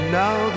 now